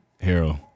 Harold